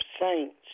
saints